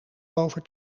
over